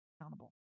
accountable